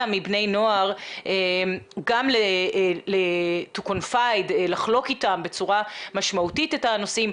מבני נוער גם לחלוק איתם בצורה משמעותית את הנושאים?